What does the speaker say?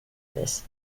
this